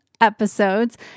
Episodes